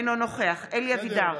אינו נוכח אלי אבידר,